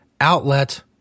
Outlet